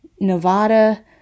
Nevada